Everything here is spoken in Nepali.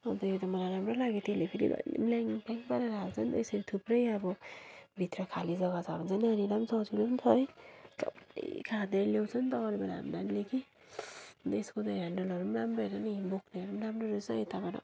अन्त यो त मलाई राम्रो लाग्यो त्यसले फेरि जहिले पनि ल्याङफ्याङ पारेर हाल्छ यसरी थुप्रै अब भित्र खाली जग्गा छ भने चाहिँ नानीलाई पनि सजिलो नि त है डल्लै खाँदेर ल्याउँछ नि त अरू बेला हाम्रो नानीले कि अन्त यसको चाहिँ हेन्डलहरू पनि राम्रो हेर न इ बोक्नेहरू पनि राम्रो रहेछ यताबाट